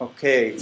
Okay